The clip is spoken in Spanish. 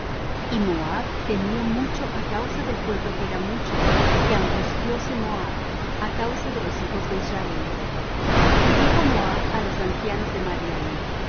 y moab temió mucho á causa del pueblo que era mucho y angustióse moab á causa de los hijos de israel y dijo moab á los ancianos de madián